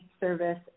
service